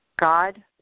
God